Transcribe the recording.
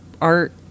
art